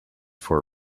for